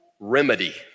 Remedy